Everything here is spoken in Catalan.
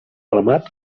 remat